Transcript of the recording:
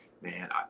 Man